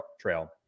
trail